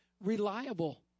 reliable